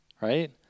right